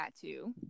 tattoo